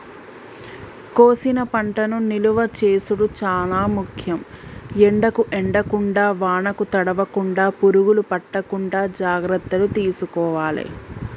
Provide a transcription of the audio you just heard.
కోసిన పంటను నిలువ చేసుడు చాల ముఖ్యం, ఎండకు ఎండకుండా వానకు తడవకుండ, పురుగులు పట్టకుండా జాగ్రత్తలు తీసుకోవాలె